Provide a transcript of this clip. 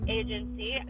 agency